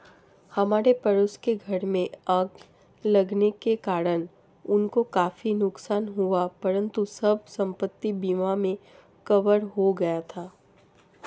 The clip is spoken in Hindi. हमारे पड़ोस के घर में आग लगने के कारण उनको काफी नुकसान हुआ परंतु सब संपत्ति बीमा में कवर हो गया था